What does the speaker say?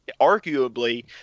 arguably